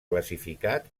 classificat